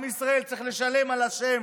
עם ישראל צריך לשלם על השם,